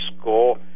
School